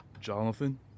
Jonathan